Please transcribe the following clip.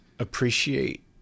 appreciate